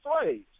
slaves